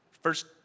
first